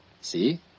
See